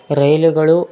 ರೈಲುಗಳು